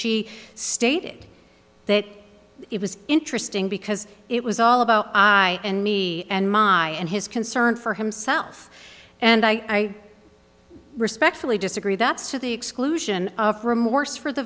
she stated that it was interesting because it was all about i and me and ma and his concern for himself and i respectfully disagree that's to the exclusion of remorse for the